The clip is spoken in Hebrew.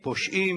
פושעים,